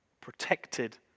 protected